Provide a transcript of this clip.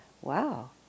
Wow